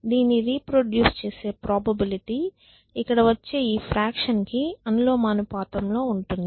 దీని రిప్రొడ్యూస్ చేసే ప్రాబబిలిటీ ఇక్కడ వచ్చే ఈ ఫ్రాక్షన్ కి అనులోమానుపాతంలో ఉంటుంది